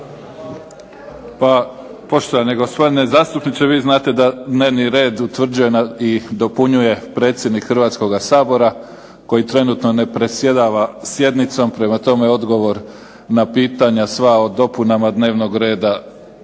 Pa poštovani gospodine zastupniče, vi znate da dnevni red utvrđuje i dopunjuje predsjednik Hrvatskoga sabora koji trenutno ne predsjedava sjednicom, prema tome odgovor na pitanja sva o dopunama dnevnog reda